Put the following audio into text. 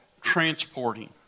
transporting